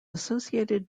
associated